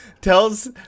Tells